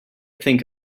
think